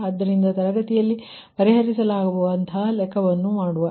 ಆದ್ದುದರಿಂದ ತರಗತಿಯಲ್ಲಿ ಪರಿಹರಿಸಬಹುದಾದ ಲೆಕ್ಕವನ್ನು ಮಾಡುವ